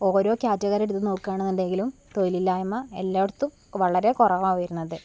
ഓരോ കാറ്റഗറി എടുത്ത് നോക്കുകയാണെന്നുണ്ടെങ്കിലും തൊഴിലില്ലായ്മ എല്ലായിടത്തും വളരെ കുറവാണ് വരുന്നത്